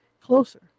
closer